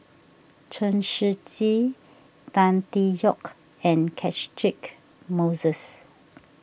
Chen Shiji Tan Tee Yoke and Catchick Moses